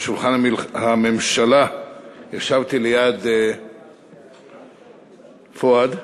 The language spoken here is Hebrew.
בשולחן הממשלה ישבתי ליד פואד,